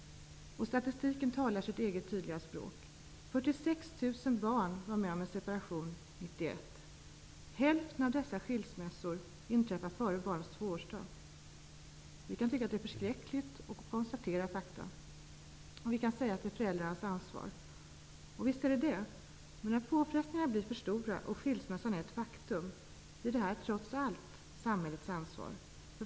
Statistiken talar sitt eget tydliga språk. 1991. Hälften av dessa skilsmässor inträffar före barnets tvåårsdag. Vi kan tycka att det är förskräckligt och konstatera fakta. Vi kan också säga att det är föräldrarnas ansvar. Visst är det så. Men när påfrestningarna blir för stora och skilsmässan är ett faktum blir det här problemet trots allt samhällets ansvar.